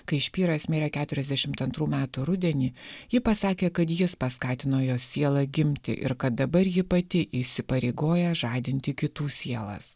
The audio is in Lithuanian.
kai špyras mirė keturiasdešimt antrų metų rudenį ji pasakė kad jis paskatino jos sielą gimti ir kad dabar ji pati įsipareigoja žadinti kitų sielas